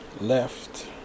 left